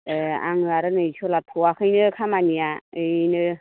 ए आङो आरो नै सोलाबथ'वाखैनो खामानिया ओरैनो